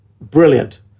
brilliant